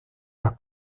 las